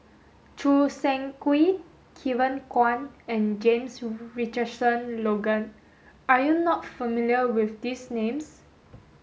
Choo Seng Quee Kevin Kwan and James Richardson Logan are you not familiar with these names